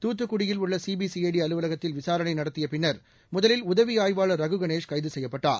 தூத்துக்குடியில் உள்ள சிபிசிஜடி அலுலகத்தில் விசாரணை நடத்திய பின்னர் முதலில் உதவி ஆய்வாளர் ரகு கணேஷ் கைது செய்யப்பட்டார்